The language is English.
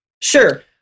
Sure